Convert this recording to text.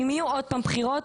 אם יהיו עוד פעם בחירות,